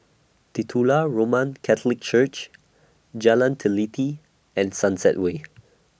Titular Roman Catholic Church Jalan Teliti and Sunset Way